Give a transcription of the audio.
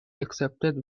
accepted